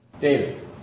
David